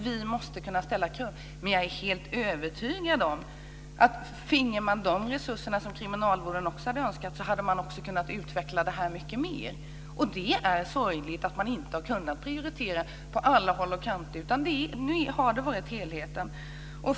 Vi måste kunna ställa krav, och jag är helt övertygad om att finge vi de resurser som kriminalvården också hade önskat hade man kunnat utveckla detta mycket mer. Det är sorgligt att man inte har kunnat prioritera på alla håll och kanter, utan nu har det varit helheten som gällt.